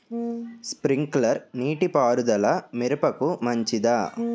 Sprinkler నీటిపారుదల మిరపకు మంచిదా?